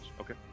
Okay